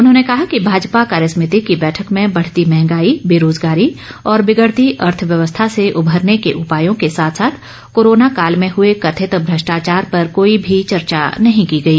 उन्होंने कहा कि भाजपा कार्य समिति की बैठक में बढ़ती महंगाई बेरोज़गारी और बिगड़ती अर्थव्यवस्था से उभरने के उपायों के साथ साथ कोरोना काल में हुए कथित भ्रष्टाचार पर भी कोई चर्चा नहीं की गई